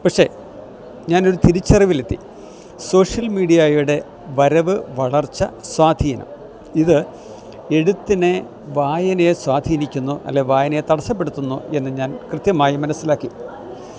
പക്ഷെ ഞാനൊരു തിരിച്ചറവിലെത്തി സോഷ്യൽ മീഡിയയുടെ വരവ് വളർച്ച സ്വാധീനം ഇത് എഴുത്തിനെ വായനയെ സ്വാധീനിക്കുന്നു അല്ലെങ്കില് വായനയെ തടസ്സപ്പെടുത്തുന്നുവെന്ന് ഞാൻ കൃത്യമായി മനസ്സിലാക്കി